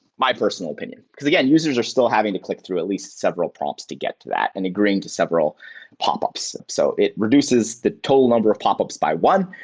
my personal opinion. because again, users are still having to click through at least several prompts to get to that and agreeing to several popups. so it reduces the total number of popups by one,